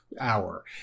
hour